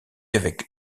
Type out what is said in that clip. avec